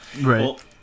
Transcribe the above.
Right